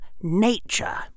nature